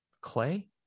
clay